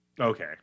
Okay